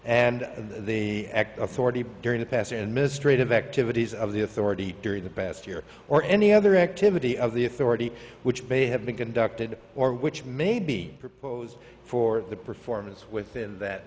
and the authority during the past and mistreated activities of the authority during the past year or any other activity of the authority which may have been conducted or which may be proposed for the performance within that